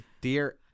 Dear